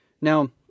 Now